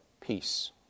peace